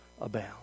abound